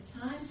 time